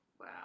Wow